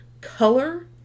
color